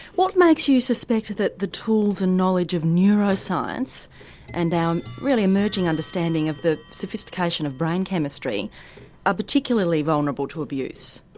what makes you suspect that the tools and knowledge of neuroscience and our really emerging understanding of the sophistication of brain chemistry are ah particularly vulnerable to abuse?